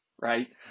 right